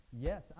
yes